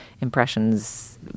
impressions